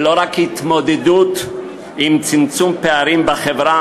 ולא רק התמודדות עם צמצום פערים בחברה,